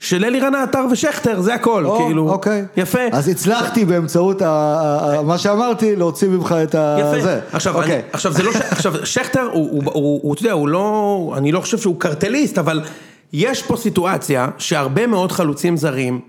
שללי רן האתר ושכטר, זה הכל, כאילו, יפה. אז הצלחתי באמצעות מה שאמרתי להוציא ממך את זה. עכשיו, שכטר הוא, אתה יודע, הוא לא, אני לא חושב שהוא קרטליסט, אבל יש פה סיטואציה שהרבה מאוד חלוצים זרים...